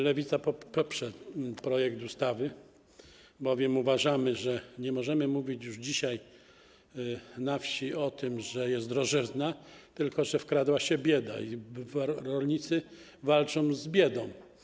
Lewica poprze projekt ustawy, bowiem uważamy, że nie możemy mówić już dzisiaj na wsi o tym, że jest drożyzna, tylko że wkradła się bieda i że rolnicy walczą z biedą.